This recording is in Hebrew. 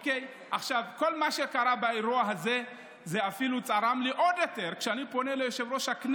למרות שמהיום הזה כל פעם שהיא